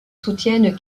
soutiennent